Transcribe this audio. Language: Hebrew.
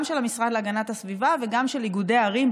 גם של המשרד להגנת הסביבה וגם של איגודי ערים,